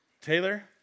Taylor